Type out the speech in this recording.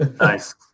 nice